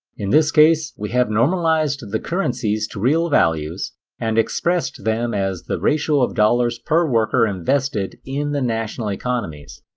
in this case we have normalized the currencies to real values and expressed them as a ratio of dollars per worker invested in the national economies.